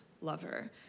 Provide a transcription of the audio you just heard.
lover